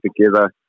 together